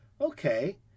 Okay